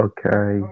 Okay